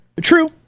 true